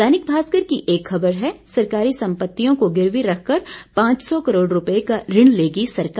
दैनिक भास्कर की एक ख़बर है सरकारी सम्पतियों को गिरवी रखकर पांच सौ करोड़ रुपये का ऋण लेगी सरकार